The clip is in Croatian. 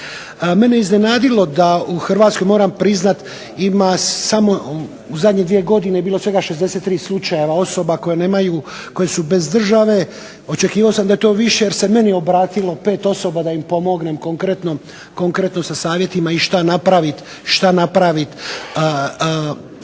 Mene je iznenadilo da u Hrvatskoj moram priznati ima samo u zadnje dvije godine je bilo svega 63 slučajeva osoba koje nemaju, koje su bez države. Očekivao sam da je to više jer se meni obratilo pet osoba da im pomognem konkretno sa savjetima i šta napravit s tim